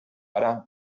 ara